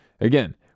Again